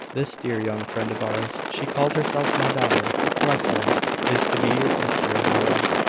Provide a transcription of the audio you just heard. this dear young friend of ours she calls herself my daughter, bless her is to be your sister, my love.